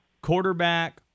quarterback